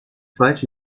falsch